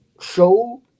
show